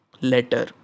letter